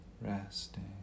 resting